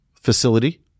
facility